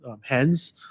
hands